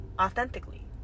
authentically